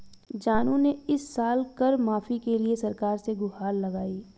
जानू ने इस साल कर माफी के लिए सरकार से गुहार लगाई